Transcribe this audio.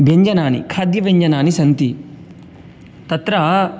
व्यञ्जनानि खाद्यव्यञ्जनानि सन्ति तत्र